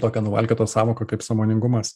tokią nuvalkiotą sąvoką kaip sąmoningumas